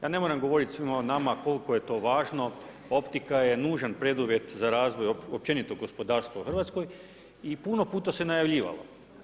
Ja ne moram govoriti svima nama koliko je to važno, optika je nužan preduvjet za razvoj općenito gospodarstva u Hrvatskoj i puno puta se najavljivalo.